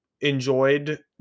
enjoyed